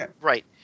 right